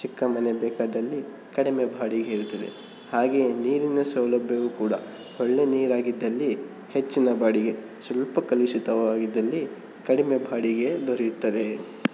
ಚಿಕ್ಕ ಮನೆ ಬೇಕಾದಲ್ಲಿ ಕಡಿಮೆ ಬಾಡಿಗೆ ಇರುತ್ತದೆ ಹಾಗೆಯೇ ನೀರಿನ ಸೌಲಭ್ಯವೂ ಕೂಡ ಒಳ್ಳೆಯ ನೀರಾಗಿದ್ದಲ್ಲಿ ಹೆಚ್ಚಿನ ಬಾಡಿಗೆ ಸ್ವಲ್ಪ ಕಲುಷಿತವಾಗಿದ್ದಲ್ಲಿ ಕಡಿಮೆ ಬಾಡಿಗೆ ದೊರೆಯುತ್ತದೆ